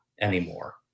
anymore